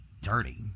dirty